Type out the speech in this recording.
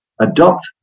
adopt